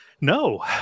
No